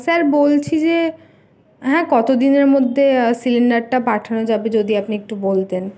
sir বলছি যে হ্যাঁ কতদিনের মধ্যে সিলিন্ডারটা পাঠানো যাবে যদি আপনি একটু বলতেন